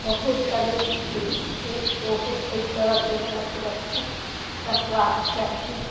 बहुत तन्नुक होइ छै ओहो अइ तरहके ओकरा सुरक्षित रखबाक चाही